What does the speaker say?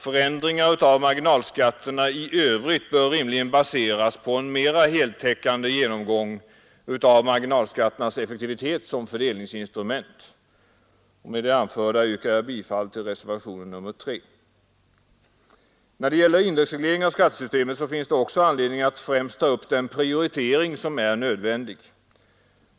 Förändringar av marginalskatterna i övrigt bör rimligen baseras på en mer heltäckande genomgång av marginalskatternas effektivitet som fördelningsinstrument. Med det anförda yrkar jag bifall till reservationen 3. När det gäller indexreglering av skattesystemet finns det också anledning att främst ta upp frågan om den prioritering som är nödvändig.